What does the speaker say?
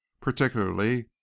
particularly